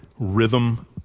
rhythm